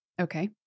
Okay